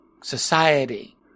society